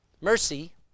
Mercy